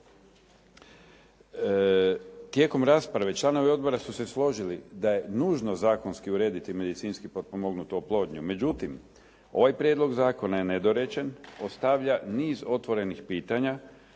Tijekom rasprave članovi odbora su se složili da je nužno zakonski urediti medicinski potpomognutu oplodnju, međutim ovaj prijedlog zakona je nedorečen, ostavlja niz otvorenih pitanja